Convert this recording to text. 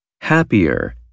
Happier